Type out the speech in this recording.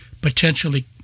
potentially